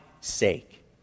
sake